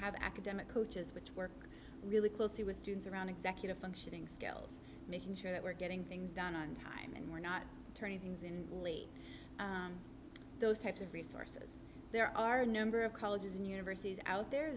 have academic coaches which work really closely with students around executive functioning scales making sure that we're getting things done on time and we're not turning things in those types of resources there are a number of colleges and universities out there